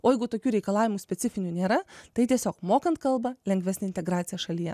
o jeigu tokių reikalavimų specifinių nėra tai tiesiog mokant kalbą lengvesnė integracija šalyje